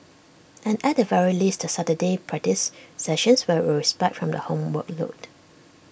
and at the very least the Saturday practice sessions were A respite from the homework load